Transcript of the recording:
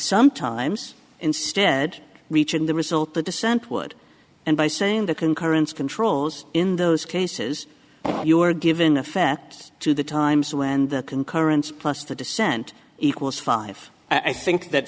sometimes instead reaching the result the dissent would end by saying the concurrence controls in those cases you are given effect to the times when the concurrence plus the dissent equals five i think that